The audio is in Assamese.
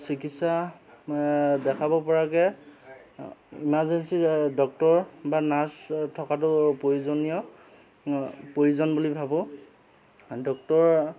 চিকিৎসা দেখাব পৰাকৈ ইমাৰ্জেঞ্চি ডক্টৰ বা নাৰ্ছ থকাটো প্ৰয়োজনীয় প্ৰয়োজন বুলি ভাবোঁ ডক্টৰ